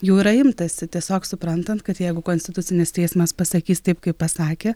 jų yra imtasi tiesiog suprantant kad jeigu konstitucinis teismas pasakys taip kaip pasakė